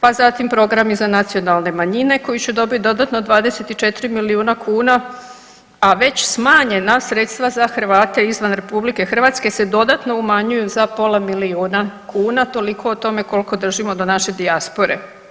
Pa zatim program i za nacionalne manjine koji će dobit dodatno 24 milijuna kuna, a već smanjena sredstva za Hrvate izvan RH se dodatno umanjuju za pola milijuna kuna, toliko o tome koliko držimo do naše dijaspore.